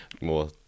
more